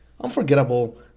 unforgettable